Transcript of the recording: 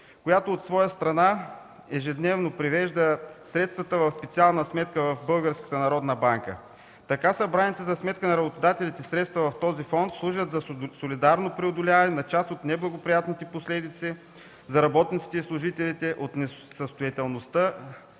която от своя страна ежедневно превежда средствата в специална сметка в Българската народна банка. Така събраните за сметка на работодателите средства в този фонд служат за солидарно преодоляване на част от неблагоприятните последици за работниците и служителите от несъстоятелността